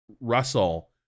russell